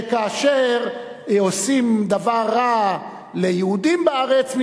שכאשר עושים דבר רע ליהודים בארץ,